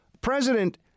President